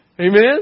Amen